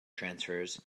transfers